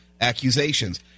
accusations